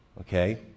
Okay